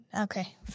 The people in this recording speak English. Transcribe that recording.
Okay